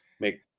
make